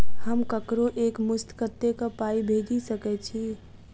हम ककरो एक मुस्त कत्तेक पाई भेजि सकय छी?